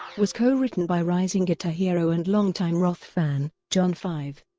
was co-written by rising guitar hero and longtime roth fan, john five.